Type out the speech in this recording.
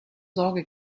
sorge